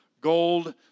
gold